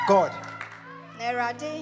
God